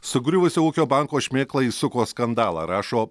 sugriuvusio ūkio banko šmėkla įsuko skandalą rašo